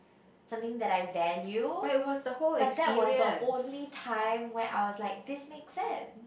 something that I value but that was the only time when I was like this make sense